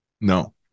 no